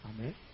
Amen